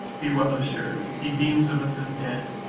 be well assured, he deems of us as dead,